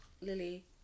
lily